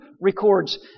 records